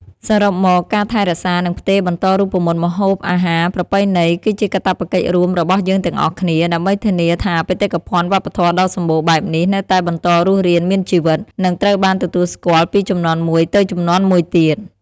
សរុបមក ការថែរក្សា និងផ្ទេរបន្តរូបមន្តម្ហូបអាហារប្រពៃណី គឺជាកាតព្វកិច្ចរួមរបស់យើងទាំងអស់គ្នា ដើម្បីធានាថាបេតិកភណ្ឌវប្បធម៌ដ៏សម្បូរបែបនេះនៅតែបន្តរស់រានមានជីវិត និងត្រូវបានទទួលស្គាល់ពីជំនាន់មួយទៅជំនាន់មួយទៀត។